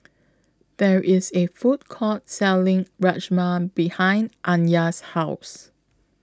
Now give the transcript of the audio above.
There IS A Food Court Selling Rajma behind Anya's House